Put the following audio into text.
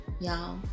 Y'all